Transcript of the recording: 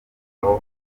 aho